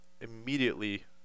immediately